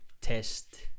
test